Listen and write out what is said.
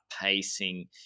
pacing